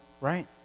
right